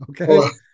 okay